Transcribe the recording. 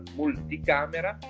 multicamera